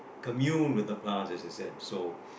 commune with the plants as i've said so